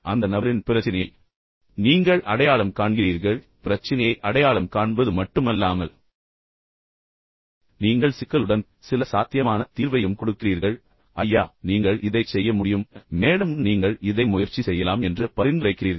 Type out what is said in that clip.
அந்த நபரின் பிரச்சினையை நீங்கள் அடையாளம் காண்கிறீர்கள் பிரச்சினையை அடையாளம் காண்பது மட்டுமல்லாமல் ஆனால் நீங்கள் சிக்கலுடன் சில சாத்தியமான தீர்வையும் வழங்க முயற்சிக்கிறீர்கள் ஐயா நீங்கள் இதைச் செய்ய முடியும் மேடம் நீங்கள் இதை முயற்சி செய்யலாம் என்று பரிந்துரைக்கிறீர்கள்